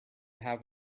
have